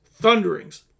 thunderings